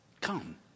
Come